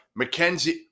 McKenzie